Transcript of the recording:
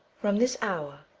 from this hour,